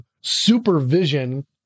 supervision